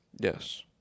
Yes